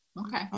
Okay